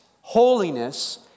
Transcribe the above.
holiness